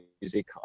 music